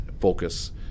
focus